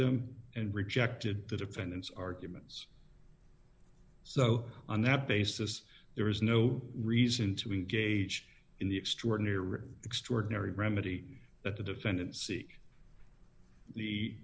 them and rejected the defendant's arguments so on that basis there is no reason to engage in the extraordinary extraordinary remedy that the defendants seek the